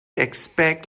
expect